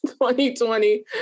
2020